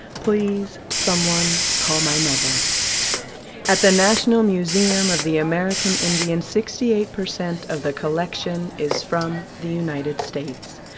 please, someone, call my mother at the national museum of the american indian, sixty eight percent of the collection is from the united states.